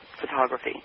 photography